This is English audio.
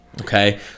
okay